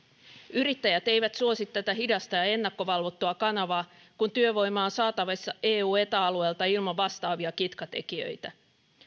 yrittäjät eivät suosi tätä hidasta ja ennakkovalvottua kanavaa kun työvoimaa on saatavissa eu ja eta alueelta ilman vastaavia kitkatekijöitä